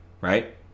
right